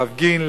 להפגין,